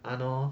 !hannor!